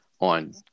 on